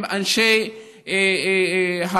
עם אנשי היישובים,